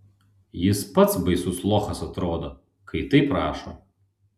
jis pats baisus lochas atrodo kai taip rašo